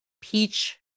peach